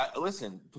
listen